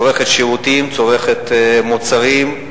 צורכת שירותים, צורכת מוצרים,